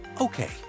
Okay